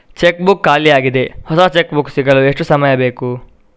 Check book ಖಾಲಿ ಯಾಗಿದೆ, ಹೊಸ ಚೆಕ್ ಬುಕ್ ಸಿಗಲು ಎಷ್ಟು ಸಮಯ ಬೇಕು?